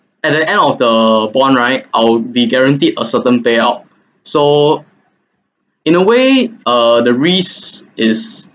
at the end of the bond right I'll be guaranteed a certain payout so in a way err the risk is